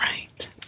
right